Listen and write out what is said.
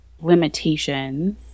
limitations